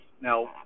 now